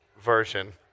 version